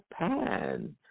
Japan